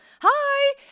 hi